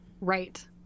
Right